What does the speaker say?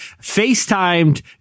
FaceTimed